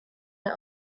der